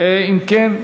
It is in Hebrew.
אם כן,